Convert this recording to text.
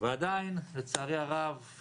ועדיין לצערי הרב ---.